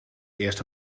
eerste